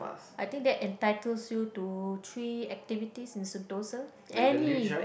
I think that entitles you to three activities in Sentosa any